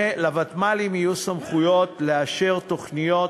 לוותמ"לים יהיו סמכויות לאשר תוכניות